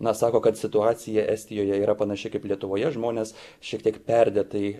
na sako kad situacija estijoje yra panaši kaip lietuvoje žmonės šiek tiek perdėtai